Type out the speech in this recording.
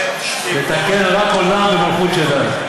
לתקן רק עולם במלכות שדי.